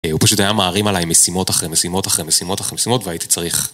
הוא פשוט היה מערים עליי משימות אחרי משימות אחרי משימות אחרי משימות והייתי צריך